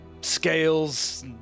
scales